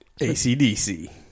ACDC